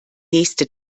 nächste